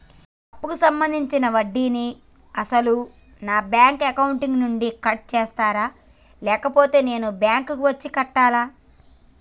అప్పు సంబంధించిన వడ్డీని అసలు నా బ్యాంక్ అకౌంట్ నుంచి కట్ చేస్తారా లేకపోతే నేను బ్యాంకు వచ్చి కట్టాలా?